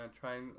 trying